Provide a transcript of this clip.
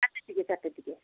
চারটের দিকে চারটের দিকে